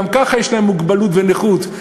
גם ככה יש להם מוגבלות ונכות,